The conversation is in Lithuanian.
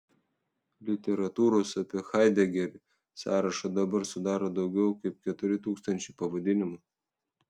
literatūros apie haidegerį sąrašą dabar sudaro daugiau kaip keturi tūkstančiai pavadinimų